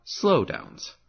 slowdowns